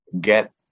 get